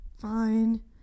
Fine